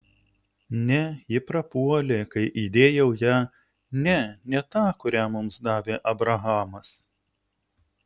ne ji prapuolė kai įdėjau ją ne ne tą kurią mums davė abrahamas